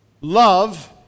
love